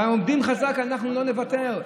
ועומדים חזק: אנחנו לא נוותר.